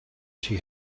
she